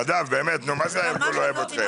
נדב, מה זה הארגון לא אוהב אותנו?